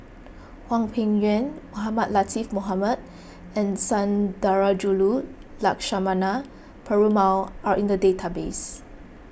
Hwang Peng Yuan Mohamed Latiff Mohamed and Sundarajulu Lakshmana Perumal are in the database